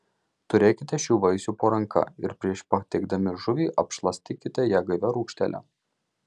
turėkite šių vaisių po ranka ir prieš patiekdami žuvį apšlakstykite ją gaivia rūgštele